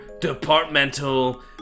departmental